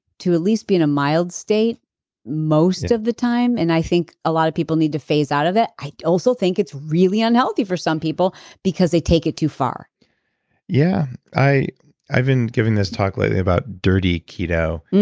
to at least be in a mild state most of the time and i think a lot of people need to phase out of it. i also think it's really unhealthy for some people because they take it too far yeah. i've been giving this talk lately about dirty keto.